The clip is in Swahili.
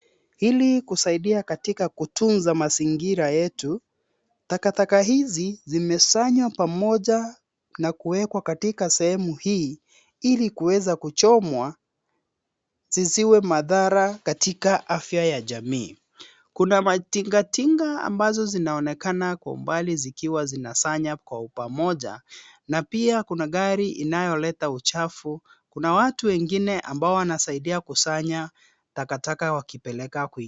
Ili kusaidia katika kutunza mazingira yetu, takataka hizi zimesanywa pamoja na kuwekwa katika sehemu hii ili ziweze kuchomwa zisilete madhara kwa afya ya jamii. Kuna matinga tinga ambayo yanaonekana kwa mbali yakiwa yanakusanya kwa pamoja, na pia kuna gari linaloleta uchafu. Kuna watu wengine ambao wanasaidia kukusanya takataka na kuzipeleka kwingine.